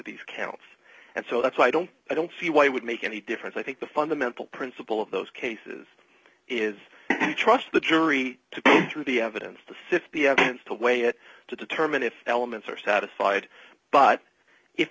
these camps and so that's why don't i don't see why it would make any difference i think the fundamental principle of those cases is to trust the jury to pay through the evidence to sift the evidence to weigh it to determine if elements are satisfied but if